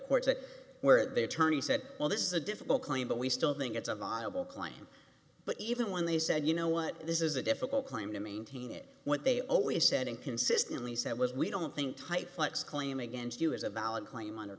courts where the attorney said well this is a difficult claim but we still think it's a viable claim but even when they said you know what this is a difficult claim to maintain it what they always said and consistently said was we don't think type flex claim against you is a ballad claim